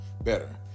better